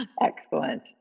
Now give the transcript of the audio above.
Excellent